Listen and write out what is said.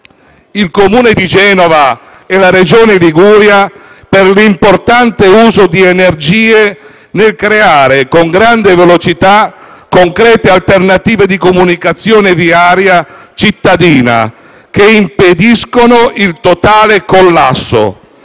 il Comune di Genova e la Regione Liguria per l'importante uso di energie nel creare, con grande velocità, concrete alternative di comunicazione viaria cittadina, che impediscono il totale collasso: